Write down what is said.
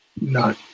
No